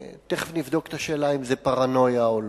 ותיכף נבדוק את השאלה אם זו פרנויה או לא.